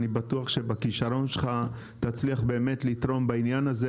אני בטוח שבכישרון שלך תצליח באמת לתרום בעניין הזה,